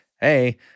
Hey